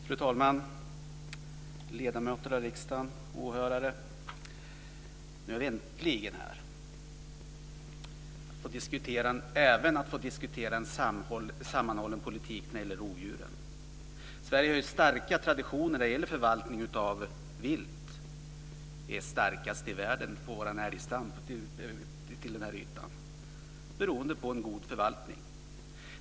Fru talman! Ledamöter av riksdagen! Åhörare! Nu är vi äntligen här och får diskutera en sammanhållen politik för rovdjuren. Sverige har ju starka traditioner när det gäller förvaltning av vilt. Vår älgstam är starkast i världen i förhållande till ytan. Det beror på en god förvaltning.